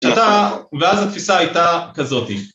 ‫ואז התפיסה הייתה כזאת.